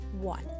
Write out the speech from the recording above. One